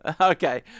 Okay